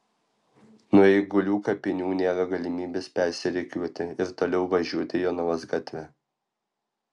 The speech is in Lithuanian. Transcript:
nuo eigulių kapinių nėra galimybės persirikiuoti ir toliau važiuoti jonavos gatve